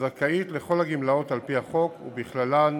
זכאית לכל הגמלאות על-פי החוק, ובכללן